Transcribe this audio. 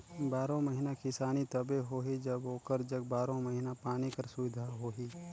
बारो महिना किसानी तबे होही जब ओकर जग बारो महिना पानी कर सुबिधा होही